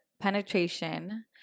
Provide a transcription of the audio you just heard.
Penetration